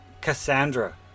Cassandra